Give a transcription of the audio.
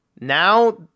Now